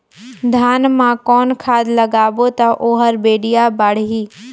धान मा कौन खाद लगाबो ता ओहार बेडिया बाणही?